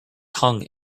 hung